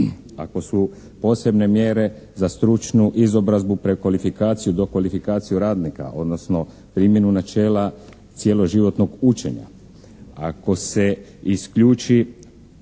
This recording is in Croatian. ako su posebne mjere za stručnu izobrazbu, prekvalifikaciju, dokvalifikaciju radnika, odnosno primjenu načela cjeloživotnog učenja, ako se isključuje